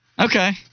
Okay